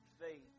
faith